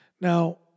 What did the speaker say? Now